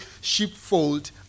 sheepfold